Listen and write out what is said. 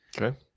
Okay